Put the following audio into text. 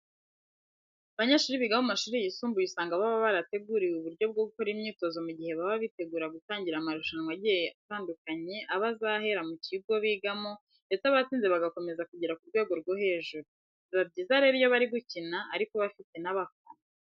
Abanyeshuri biga mu mashuri yisumbuye usanga baba barateguriwe uburyo bwo gukora imyitozo mu gihe baba bitegura gutangira amarushanwa agiye atandukanye aba azahera mu kigo bigamo ndetse abatsinze bagakomeza kugera ku rwego rwo hejuru. Biba byiza rero iyo bari gukina ariko bafite n'abafana.